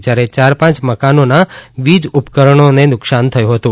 જ્યારે ચાર પાંચ મકાનોનાં વીજઉપકરણોને નુકશાન થયું હતું